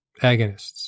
agonists